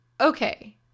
okay